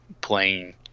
playing